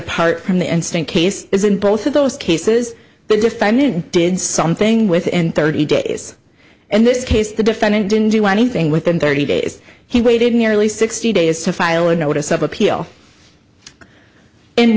apart from the instant case is in both of those cases the defendant did something within thirty days in this case the defendant didn't do anything within thirty days he waited nearly sixty days to file a notice of appeal